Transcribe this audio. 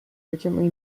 urgently